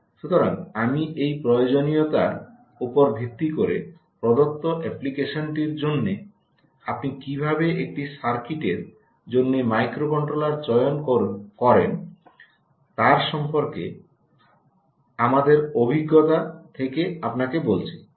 সুতরাং আমি এই প্রয়োজনীয়তার উপর ভিত্তি করে প্রদত্ত অ্যাপ্লিকেশনটির জন্য আপনি কীভাবে একটি সার্কিটের জন্য মাইক্রোকন্ট্রোলার চয়ন করেন তার সম্পর্কে আমাদের অভিজ্ঞতা থেকে আপনাকে বলছি